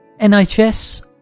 NHS